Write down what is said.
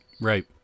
Right